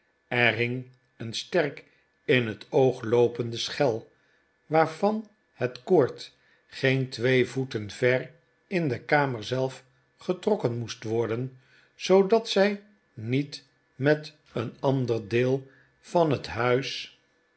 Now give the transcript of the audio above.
er hing een sterk in het oog loopende schel waarvan het koord geen twee voeten ver in de kamer zelf getrokken moest worden zoodat zij niet met een ander deelvan het huis